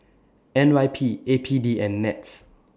N Y P A P D and Nets